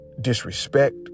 disrespect